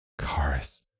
Karis